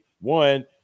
One